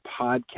podcast